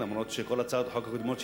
אף-על-פי שכל הצעות החוק הקודמות שלי,